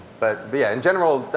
but yeah in general,